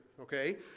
okay